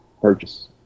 purchase